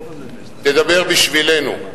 תדבר בשבילנו.